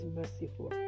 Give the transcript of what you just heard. merciful